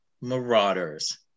marauders